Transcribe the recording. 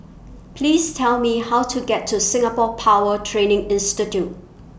Please Tell Me How to get to Singapore Power Training Institute